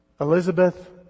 Elizabeth